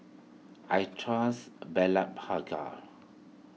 I trust Blephagel